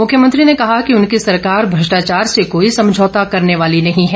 मुख्यमंत्री ने कहा कि उनकी सरकार भ्रष्टाचार से कोई समझौता करने वाली नहीं है